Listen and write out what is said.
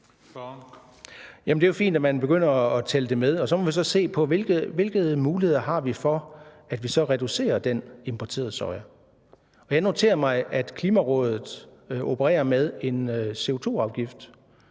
det er jo fint, at man begynder at tælle det med, og så må vi se på, hvilke muligheder vi så har for, at vi reducerer den importerede soja. Jeg noterer mig, at Klimarådet opererer med en CO₂-afgift,